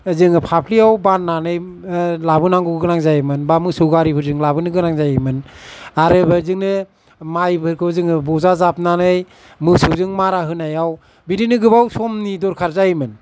जोङो फाफ्लियाव बान्नानै लाबोनांगौ गोनां जायोमोन बा मोसौ गारिफारजों लाबोनो गोनां जायोमोन आरो बिदिनो माइफोरखौ जोङो बजा जाबनानै मोसौजों मारा होनायाव बिदिनो गोबां समनि दरखार जायोमोन